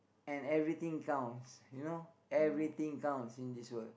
and everything counts you know everything counts in this world